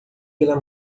pela